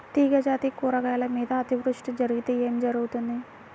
తీగజాతి కూరగాయల మీద అతివృష్టి జరిగితే ఏమి జరుగుతుంది?